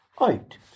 out